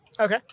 Okay